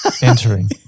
Entering